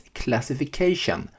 classification